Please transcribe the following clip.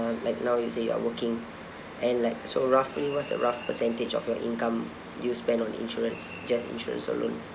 like now you say you are working and like so roughly what's the rough percentage of your income do you spend on insurance just insurance alone